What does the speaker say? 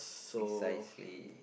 precisely